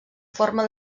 forma